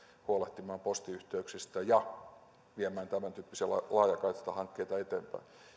huolehtimaan postiyhteyksistä ja viemään tämäntyyppisiä laajakaistahankkeita eteenpäin